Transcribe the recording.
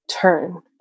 turn